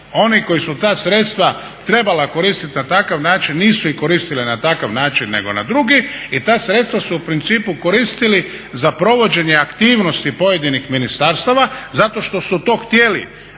oni koji su ta sredstva trebali koristit na takav način nisu ih koristili na takav način nego na drugi i ta sredstva su u principu koristili za provođenje aktivnosti pojedinih ministarstva zato što su to htjeli